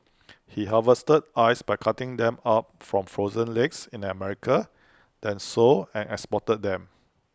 he harvested ice by cutting them up from frozen lakes in America then sold and exported them